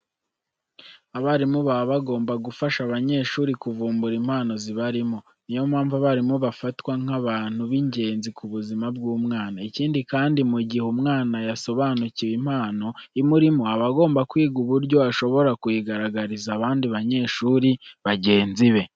Abarimu baba bagomba gufasha abanyeshuri kuvumbura impano zibarimo. Niyo mpamvu abarimu bafatwa nk'abantu bigenzi ku buzima bw'umwana. Ikindi kandi, mu gihe umwana yasobanukiwe impano imurimo aba agomba kwiga uburyo ashobora kuyigaragariza abandi banyeshuri bagenzi be.